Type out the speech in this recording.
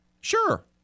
Sure